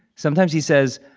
sometimes he says,